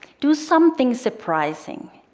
do something surprising,